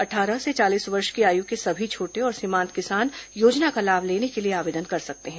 अट्ठारह से चालीस वर्ष आयु के सभी छोटे और सीमान्त किसान योजना का लाभ लेने के लिए आवेदन कर सकते हैं